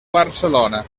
barcelona